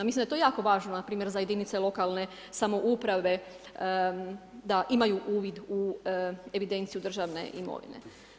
Mislim da je to jako važno npr. za jedinice lokalne samouprave da imaju uvid u evidenciju državne imovine.